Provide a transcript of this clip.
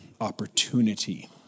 opportunity